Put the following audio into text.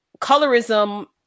colorism